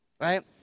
Right